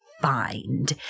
find